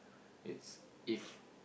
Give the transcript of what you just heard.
it's if